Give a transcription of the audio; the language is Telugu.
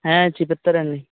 చుపిస్తారండి